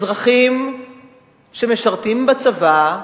אזרחים שמשרתים בצבא,